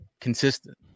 consistent